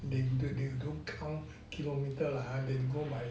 they don't count kilometer lah ha they go by